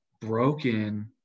broken